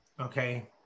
okay –